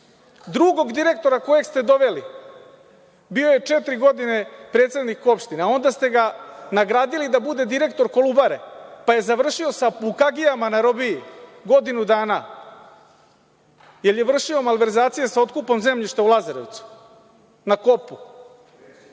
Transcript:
direktora kojeg ste doveli, bio je četiri godine predsednik opštine, a onda ste ga nagradili da budu direktor Kolubare, pa je završio sa bukagijama na robiji godinu dana, jer je vršio malverzacije sa otkupom zemljišta u Lazarevcu na Kopu. Treći